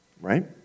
Right